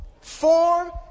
form